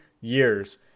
years